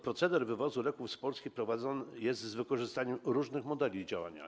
Proceder wywozu leków z Polski prowadzony jest z wykorzystaniem różnych modeli działania.